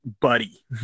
buddy